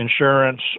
insurance